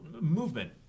movement